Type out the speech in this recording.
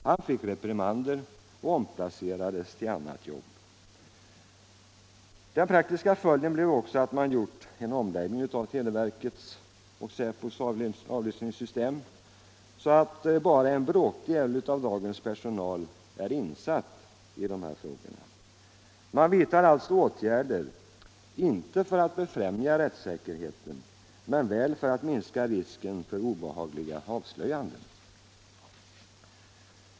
Han fick reprimander och omplacerades till annat jobb. Den praktiska följden blev också att man gjorde en omläggning av televerkets och säpos avlyssningssystem så att bara en bråkdel av dagens personal är insatt i dessa frågor. Man vidtar alltså åtgärder inte för att befrämja rättssäkerheten men väl för att minska risken för obehagliga avslöjanden.